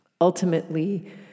ultimately